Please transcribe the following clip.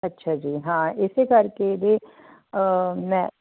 ਅੱਛਾ ਜੀ ਹਾਂ ਇਸ ਕਰਕੇ ਇਹਦੇ ਮੈਂ